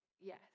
Yes